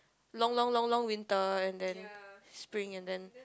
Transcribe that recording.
long long long long winter and then spiring and then